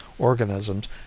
organisms